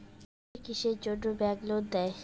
কিসের কিসের জন্যে ব্যাংক লোন দেয়?